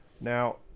now